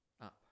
up